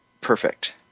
perfect